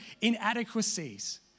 inadequacies